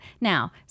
Now